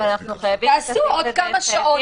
אבל אנחנו חייבים --- תעשו עוד כמה שעות,